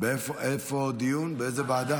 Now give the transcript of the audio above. לוועדה